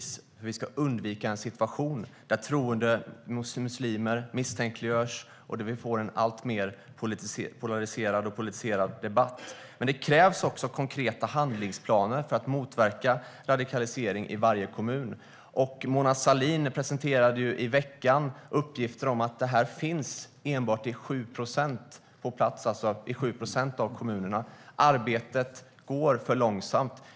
Vi ska undvika en situation där troende muslimer misstänkliggörs och där vi får en alltmer polariserad och politiserad debatt. Men det krävs också konkreta handlingsplaner för att motverka radikalisering i varje kommun. Mona Sahlin presenterade i veckan uppgifter om att det här finns på plats i enbart 7 procent av kommunerna. Arbetet går för långsamt.